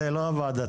זה לא הוועדה,